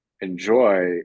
enjoy